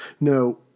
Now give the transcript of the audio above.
No